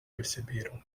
perceberam